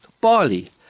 barley